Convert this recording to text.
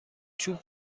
چوب